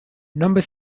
number